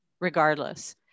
regardless